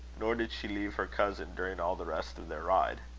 nor did she leave her cousin during all the rest of their ride.